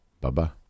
bye-bye